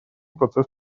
процесс